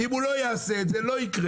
אם הוא לא יעשה את זה, לא יקרה.